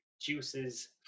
Juices